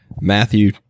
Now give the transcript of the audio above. Matthew